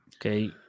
Okay